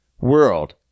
world